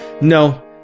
No